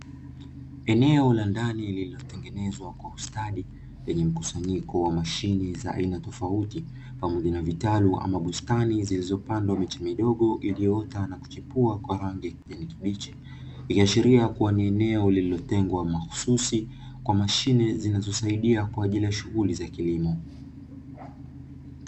Eneo la ndani lililotengenezwa kwa ustadi lenye mkusanyiko wa mashine tofauti pamoja na vitaru ama bustani, zilizopandwa miche midogo iliyoota na kustawi kwa rangi ya kijani kibichi ikiashilia kuwa ni eneo lililotengwa mahususi kwa mashine zinazotumika kwa ajili ya shughuli za kilimo.